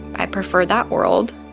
i prefer that world